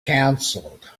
cancelled